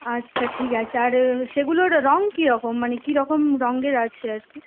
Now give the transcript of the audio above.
আচ্ছা ঠিক আছে আর সেগুলোর রঙ কীরকম মানে কীরকম রঙের আছে আর কি